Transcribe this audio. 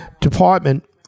department